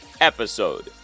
episode